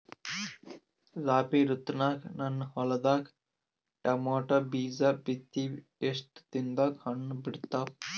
ರಾಬಿ ಋತುನಾಗ ನನ್ನ ಹೊಲದಾಗ ಟೊಮೇಟೊ ಬೀಜ ಬಿತ್ತಿವಿ, ಎಷ್ಟು ದಿನದಾಗ ಹಣ್ಣ ಬಿಡ್ತಾವ?